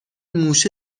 موشه